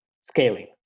scaling